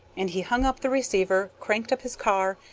and he hung up the receiver, cranked up his car,